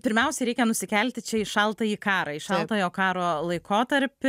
pirmiausiai reikia nusikelti čia į šaltąjį karą į šaltojo karo laikotarpį